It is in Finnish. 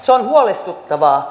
se on huolestuttavaa